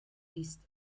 ist